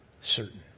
Certain